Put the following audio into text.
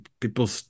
people